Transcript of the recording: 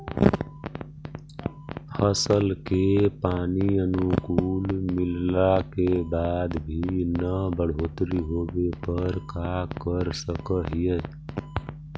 फसल के पानी अनुकुल मिलला के बाद भी न बढ़ोतरी होवे पर का कर सक हिय?